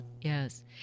yes